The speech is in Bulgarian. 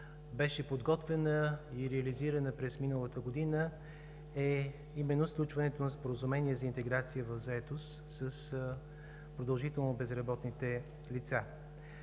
беше подготвена и реализирана през миналата година, е именно сключването на Споразумение за интеграция в заетост с продължително безработните лица.